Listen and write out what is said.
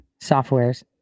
softwares